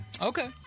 Okay